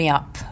up